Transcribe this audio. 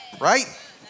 right